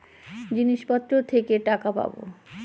জিনিসপত্র থেকে টাকা পাবো